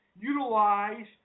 utilize